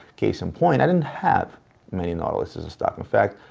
case in point, i didn't have many nautiluses in stock. in fact,